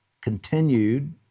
continued